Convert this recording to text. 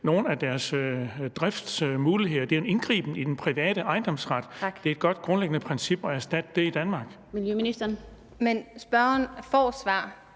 nogle af deres driftsmuligheder. Det er jo en indgriben i den private ejendomsret, og det er et godt grundlæggende princip at erstatte det i Danmark. Kl. 17:04 Den fg. formand